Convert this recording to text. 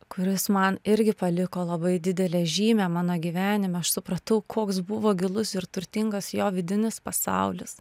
kuris man irgi paliko labai didelę žymę mano gyvenime supratau koks buvo gilus ir turtingas jo vidinis pasaulis